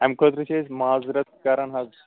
اَمہِ خٲطرٕ چھِ أسۍ معزرَت کَران حظ